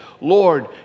lord